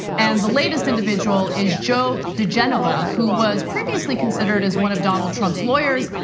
and the latest individual is joe digenova, who was previously considered as one of donald trump's lawyers,